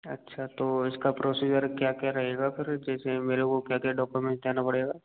अच्छा तो इसका प्रोसीज़र क्या क्या रहेगा फिर जैसे मेरे को क्या क्या डॉक्यूमेंट्स देना पड़ेगा